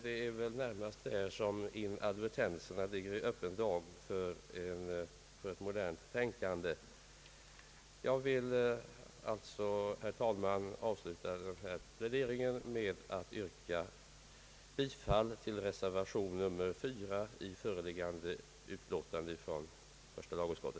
Det är väl närmast där som inadvertenserna ligger i öppen dag för ett modernt tänkande. Jag vill alltså, herr talman, avsluta denna plädering med att yrka bifall till reservationen 4 till första lagutskottets utlåtande.